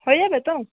হয়ে যাবে তো